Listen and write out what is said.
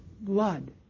blood